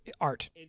art